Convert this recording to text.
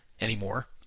anymore